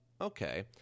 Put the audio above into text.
Okay